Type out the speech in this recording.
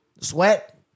Sweat